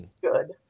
good